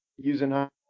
using